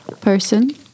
person